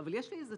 אבל יש לי איזו